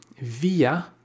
via